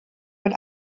mit